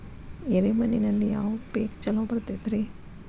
ಎರೆ ಮಣ್ಣಿನಲ್ಲಿ ಯಾವ ಪೇಕ್ ಛಲೋ ಬರತೈತ್ರಿ?